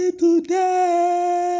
today